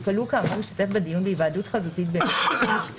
הכלוא כאמור ישתתף בדיון בהיוועדות חזותית באמצעי שתקצה